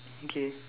okay